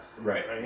right